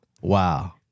Wow